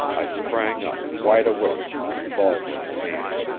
i sprang up, wide-awake, revolver in hand.